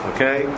Okay